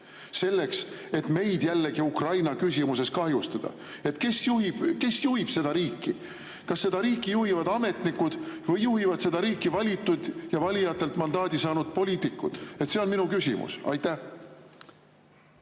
selleks et meid jällegi Ukraina küsimuses kahjustada. Kes juhib seda riiki? Kas seda riiki juhivad ametnikud või juhivad seda riiki valitud ja valijatelt mandaadi saanud poliitikud? See on minu küsimus. Aitäh,